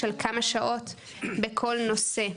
של כמה שעות בכל נושא.